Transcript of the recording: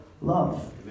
love